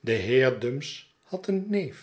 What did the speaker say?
de heer dumps had een neef